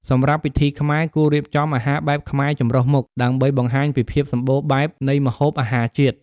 សម្រាប់ពិធីខ្មែរ គួររៀបចំ អាហារបែបខ្មែរចម្រុះមុខ ដើម្បីបង្ហាញពីភាពសម្បូរបែបនៃម្ហូបអាហារជាតិ។